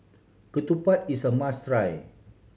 ketupat is a must try